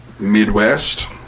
Midwest